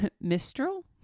mistral